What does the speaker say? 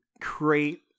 create